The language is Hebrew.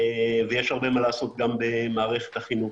ויש הרבה מה לעשות גם במערכת החינוך.